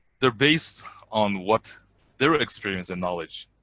there based on what their experience and knowledge